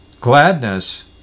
Gladness